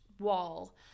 wall